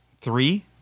Three